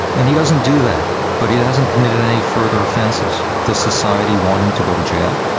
and he doesn't do that but he doesn't commit and any further offences, does society want him to go to jail?